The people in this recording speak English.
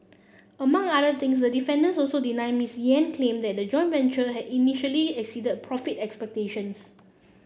among other things the defendants also deny Miss Yen's claim that the joint venture had initially exceeded profit expectations